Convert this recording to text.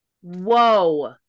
Whoa